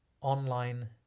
online